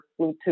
Bluetooth